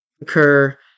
occur